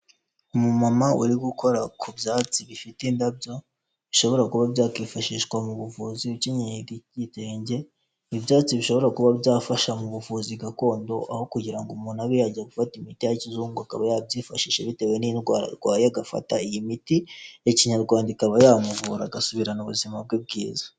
Umumama uri gukora ku byatsi bifite indabyo, bishobora kuba byakifashishwa mu buvuzi , ukenyenge igitenge, ibyatsi bishobora kuba byafasha mu buvuzi gakondo aho kugira ngo umuntu abe ajya gufata imiti ya kizungu akaba yabyifashishije bitewe n'indwara arwaye agafata iyi miti ya kinyarwanda ikaba yamuvura agasubirana ubuzima bwe bwiza.